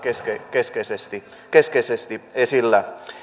keskeisesti keskeisesti esillä